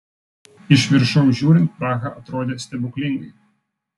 iš viršaus žiūrint praha atrodė stebuklingai